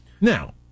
Now